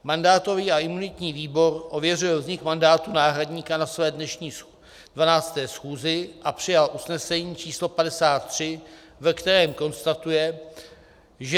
Mandátový a imunitní výbor ověřil vznik mandátu náhradníka na své dnešní 12. schůzi a přijal usnesení číslo 53, ve kterém konstatuje, že: